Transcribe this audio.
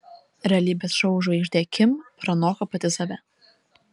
realybės šou žvaigždė kim pranoko pati save